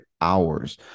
hours